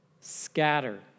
scatter